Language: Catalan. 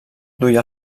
duia